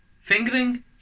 Fingering